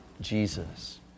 Jesus